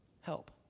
help